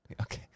Okay